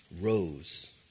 rose